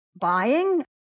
buying